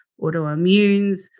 autoimmunes